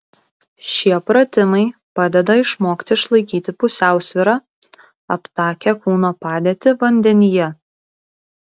šie pratimai padeda išmokti išlaikyti pusiausvyrą aptakią kūno padėtį vandenyje